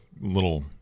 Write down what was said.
little